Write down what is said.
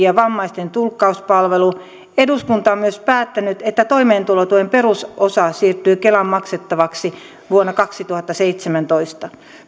ja vammaisten tulkkauspalvelu eduskunta on myös päättänyt että toimeentulotuen perusosa siirtyy kelan maksettavaksi vuonna kaksituhattaseitsemäntoista